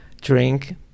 drink